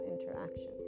interaction